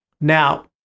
Now